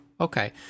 Okay